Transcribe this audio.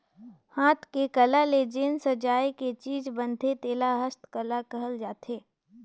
हाथ के कला ले जेन सजाए के चीज बनथे तेला हस्तकला कहल जाथे